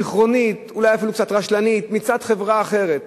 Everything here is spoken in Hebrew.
סנכרונית, אולי אפילו קצת רשלנית, מצד חברה אחרת,